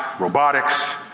robotics,